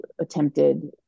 attempted